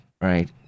right